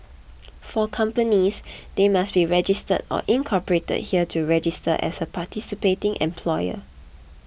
for companies they must be registered or incorporated here to register as a participating employer